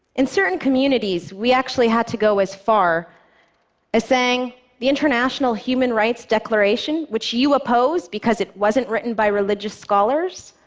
in certain communities, we actually had to go as far as saying the international human rights declaration, which you opposed because it wasn't written by religious scholars,